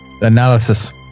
analysis